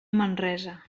manresa